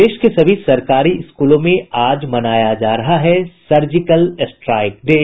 प्रदेश के सभी सरकारी स्कूलों में आज मनाया जा रहा है सर्जिकल स्ट्राइक डे